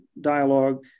dialogue